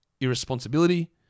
irresponsibility